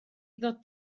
ddod